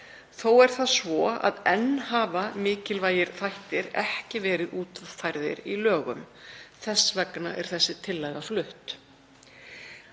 Þó er það svo að enn hafa mikilvægir þættir ekki verið útfærðir í lögum. Þess vegna er þessi tillaga flutt.